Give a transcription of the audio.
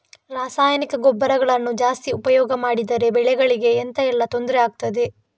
ರಾಸಾಯನಿಕ ಗೊಬ್ಬರಗಳನ್ನು ಜಾಸ್ತಿ ಉಪಯೋಗ ಮಾಡಿದರೆ ಬೆಳೆಗಳಿಗೆ ಎಂತ ಎಲ್ಲಾ ತೊಂದ್ರೆ ಆಗ್ತದೆ?